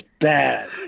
bad